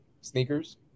sneakers